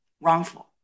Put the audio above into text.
wrongful